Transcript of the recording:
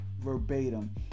verbatim